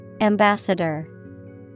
Ambassador